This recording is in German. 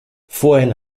vorhin